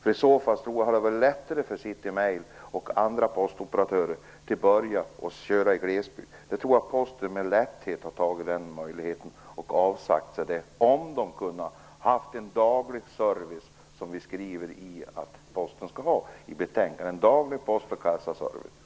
Vi skriver i betänkandet att Posten skall kunna ge en daglig post och kassaservice. Om City-Mail och andra postoperatörer hade kunnat ge denna service hade de väl börjat köra i glesbygd? Jag tror att Posten med lätthet hade tagit möjligheten att avsäga sig den körningen.